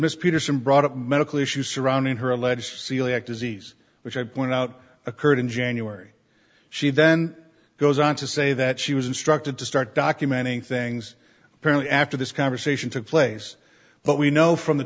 mr peterson brought up medical issues surrounding her alleged celiac disease which i point out occurred in january she then goes on to say that she was instructed to start documenting things apparently after this conversation took place but we know from the